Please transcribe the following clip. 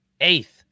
Eighth